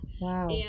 Wow